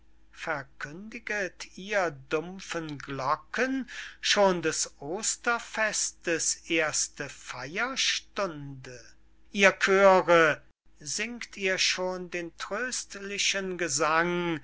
verkündiget ihr dumpfen glocken schon des osterfestes erste feyerstunde ihr chöre singt ihr schon den tröstlichen gesang